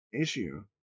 issue